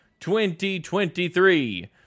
2023